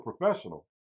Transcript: professional